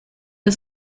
the